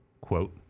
quote